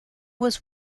was